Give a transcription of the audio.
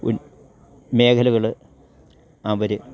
ഉൾ മേഖലകൾ അവർ